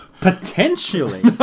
potentially